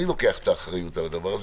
אני לוקח את האחריות על הדבר הזה,